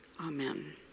Amen